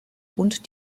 und